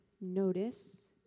notice